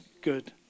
good